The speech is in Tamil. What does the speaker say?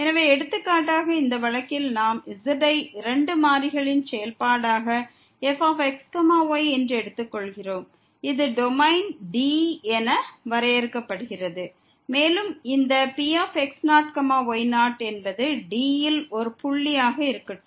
எனவே எடுத்துக்காட்டாக இந்த வழக்கில் நாம் z ஐ இரண்டு மாறிகளின் செயல்பாடாக fx y என்று எடுத்துக்கொள்கிறோம் இது டொமைன் D என வரையறுக்கப்படுகிறது மேலும் இந்த P x0 y0 என்பது D ல் ஒரு புள்ளி ஆக இருக்கட்டும்